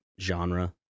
genre